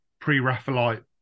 pre-Raphaelite